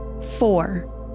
Four